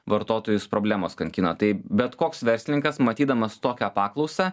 vartotojus problemos kankina tai bet koks verslininkas matydamas tokią paklausą